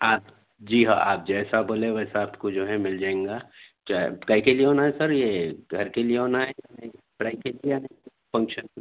آپ جی ہاں آپ جیسا بولے ویسا آپ کو جو ہے مل جائینگا چاہے کے کےجی ہونا ہے سر یہ گھر کے لیے ہونا ہے فرائی کے لیے یا فنکشن